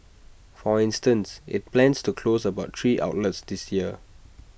for instance IT plans to close about three outlets this year